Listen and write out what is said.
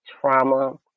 trauma